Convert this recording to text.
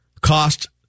cost